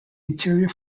interior